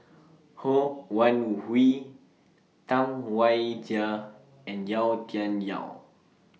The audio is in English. Ho Wan Hui Tam Wai Jia and Yau Tian Yau